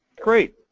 Great